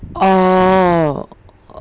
orh